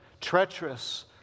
treacherous